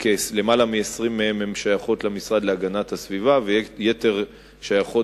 שיותר מ-20 מהן שייכות למשרד להגנת הסביבה והיתר שייכות